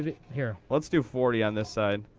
here. let's do forty on this side,